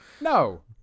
No